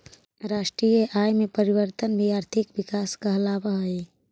राष्ट्रीय आय में परिवर्तन भी आर्थिक विकास कहलावऽ हइ